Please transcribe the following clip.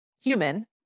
human